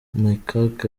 mechack